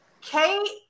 Kate